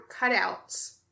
cutouts